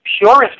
purest